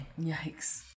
Yikes